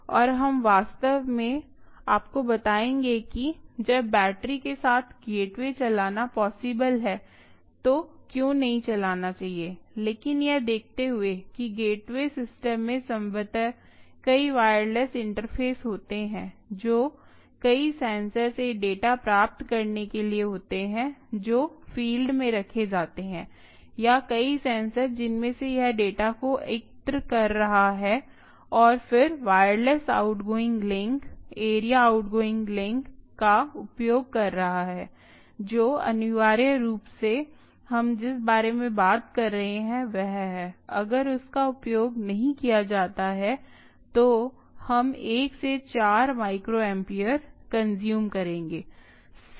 और हम वास्तव में आपको बताएंगे कि जब बैटरी के साथ गेटवे चलाना पॉसिबल है तो क्यों नहीं चलाना चाहिए लेकिन यह देखते हुए कि गेटवे सिस्टम में संभवतः कई वायरलेस इंटरफेस होते हैं जो कई सेंसर से डेटा प्राप्त करने के लिए होते है जो फील्ड में रखे जाते हैं या कई सेंसर जिनमें से यह डेटा को एकत्र कर रहा है और फिर वायरलेस आउटगोइंग लिंक अनिवार्य रूप से वाइड एरिया आउटगोइंग लिंक का उपयोग कर रहा है जो अनिवार्य रूप से हम जिस बारे में बात कर रहे हैं वह है अगर इसका उपयोग नहीं किया जाता है तो हम एक से चार माइक्रोएम्पियर कंज्यूम करेंगे